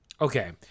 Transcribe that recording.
okay